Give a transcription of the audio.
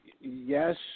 yes